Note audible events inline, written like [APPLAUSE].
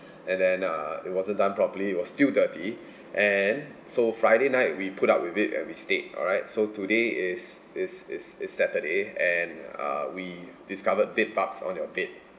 and then uh it wasn't done properly it was still dirty [BREATH] and so friday night we put up with it and we stayed alright so today is is is is saturday and uh we discovered bed bugs on your bed